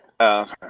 Okay